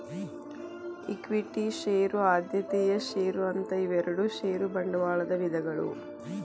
equity share ಆದ್ಯತೆಯ share ಅಂತ ಇವೆರಡು ಷೇರ ಬಂಡವಾಳದ ವಿಧಗಳು